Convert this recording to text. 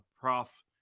Prof